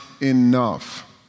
enough